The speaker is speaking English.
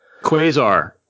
quasar